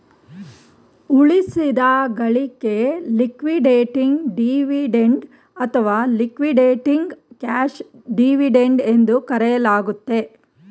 ಉಳಿಸಿದ ಗಳಿಕೆ liquidating dividend ಅಥವಾ ಲಿಕ್ವಿಡೇಟಿಂಗ್ ಕ್ಯಾಶ್ ಡಿವಿಡೆಂಡ್ ಎಂದು ಕರೆಯಲಾಗುತ್ತೆ